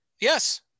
Yes